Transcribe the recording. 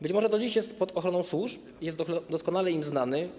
Być może do dziś jest pod ochroną służb, jest doskonale im znany.